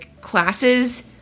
classes